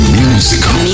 musical